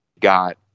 got